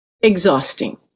exhausting